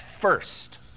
first